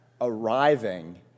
arriving